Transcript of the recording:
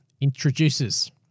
introduces